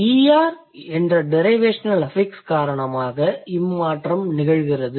er என்ற derivational affix காரணமாக இம்மாற்றம் நிகழ்கிறது